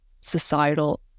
societal